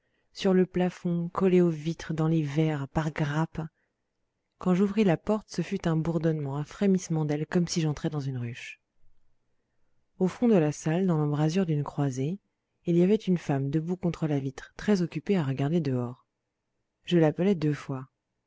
sur le plafond collées aux vitres dans les verres par grappes quand j'ouvris la porte ce fut un bourdonnement un frémissement d'ailes comme si j'entrais dans une ruche au fond de la salle dans l'embrasure d'une croisée il y avait une femme debout contre la vitre très occupée à regarder dehors je l'appelai deux fois